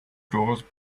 doors